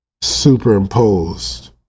superimposed